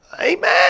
Amen